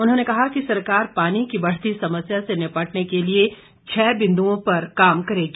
उन्होंने कहा कि सरकार पानी की बढ़ती समस्या से निपटने के लिए छः मुख्य बिंदुओं पर काम करेगी